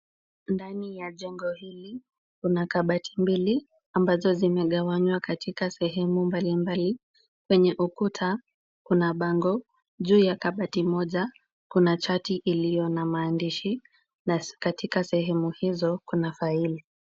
Ndani ya jengo hili kuna kabati mbili ambazo zimegawanywa katika sehemu mbalimbali. Kwenye ukuta kuna bango. Juu ya kabati moja kuna chati iliyo na maandishi na katika sehemu hizo kuna faili.